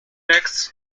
necks